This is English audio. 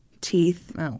teeth